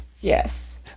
Yes